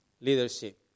leadership